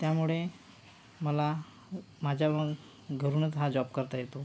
त्यामुळे मला माझ्याहून घरूनच हा जॉब करता येतो